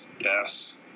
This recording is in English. yes